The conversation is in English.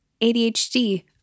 ADHD